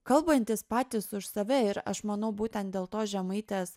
kalbantys patys už save ir aš manau būtent dėl to žemaitės